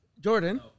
Jordan